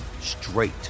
straight